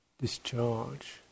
discharge